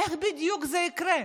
איך בדיוק זה יקרה?